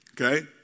Okay